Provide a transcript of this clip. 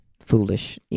foolish